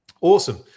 awesome